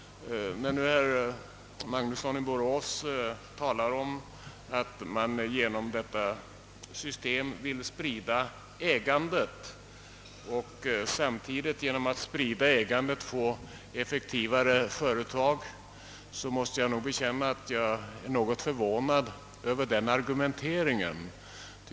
Herr Magnusson i Borås talar om att man genom detta system vill sprida ägandet och samtidigt få till stånd effektivare företag. Jag måste bekänna att jag är något förvånad över denna argumentering.